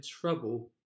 trouble